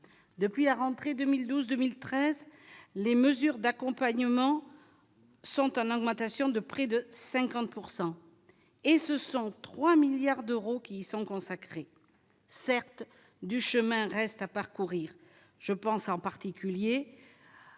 depuis la rentrée 2012, 2013, les mesures d'accompagnement sont en augmentation de près de 50 pourcent et ce sont 3 milliards d'euros qui y sont consacrés, certes du chemin reste à parcourir, je pense en particulier